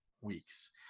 weeks